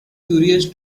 curious